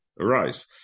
arise